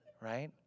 right